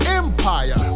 empire